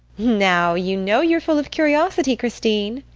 now, you know you're full of curiosity, christine.